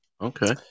okay